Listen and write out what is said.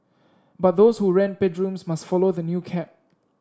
but those who rent bedrooms must follow the new cap